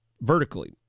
vertically